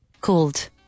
called